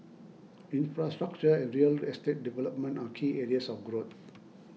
infrastructure and real estate development are key areas of growth